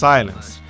Silence